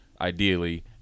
ideally